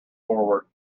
forward